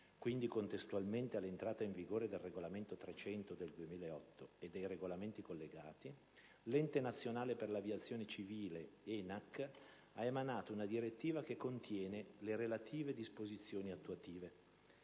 quindi contestualmente all'entrata in vigore del regolamento n. 300 del 2008 e dei regolamenti collegati, l'Ente nazionale per l'aviazione civile (ENAC) ha emanato una direttiva che contiene le relative disposizioni attuative.